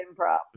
improv